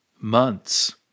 months